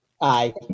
Aye